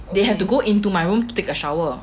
they have to go into my room to take a shower oh